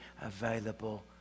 available